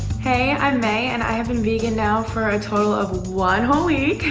hey, i'm mei, and i have been vegan now for a total of one whole week.